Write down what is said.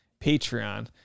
Patreon